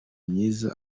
myiza